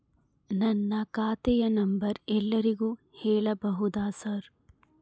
ನನ್ನ ಖಾತೆಯ ನಂಬರ್ ಎಲ್ಲರಿಗೂ ಹೇಳಬಹುದಾ ಸರ್?